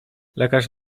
lekarz